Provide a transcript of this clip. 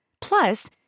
Plus